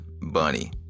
Bunny